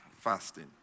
fasting